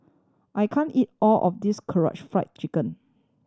I can't eat all of this Karaage Fried Chicken